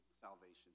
salvation